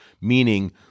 Meaning